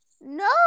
No